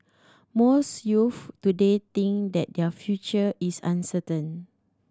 most youths today think that their future is uncertain